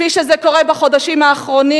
כפי שזה קורה בחודשים האחרונים,